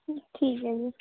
ਠੀਕ ਹੈ ਜੀ